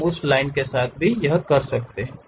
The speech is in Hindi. हम उस लाइन के साथ कर रहे हैं